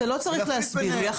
אתה לא צריך להסביר לי.